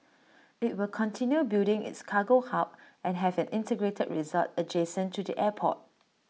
IT will continue building its cargo hub and have an integrated resort adjacent to the airport